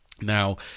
Now